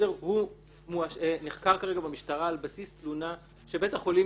הוא נחקר כרגע במשטרה על בסיס תלונה שבית החולים